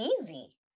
easy